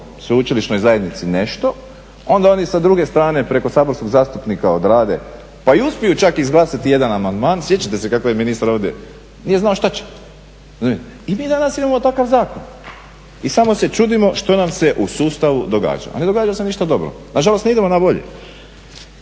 sveučilišnoj zajednici nešto, onda oni sa druge strane preko saborskog zastupnika odrade pa i uspiju čak izglasati jedan amandman. Sjećate se kako je ministar ovdje, nije znao šta će i mi danas imamo takav zakon i samo se čudimo što nam se u sustavu događa. Ne događa se ništa dobro, nažalost ne idemo na bolje.